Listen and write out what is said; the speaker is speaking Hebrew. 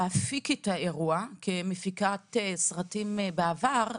כמפיקת סרטים בעבר,